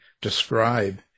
describe